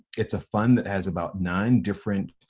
it's a fund that has about nine different,